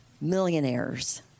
Millionaires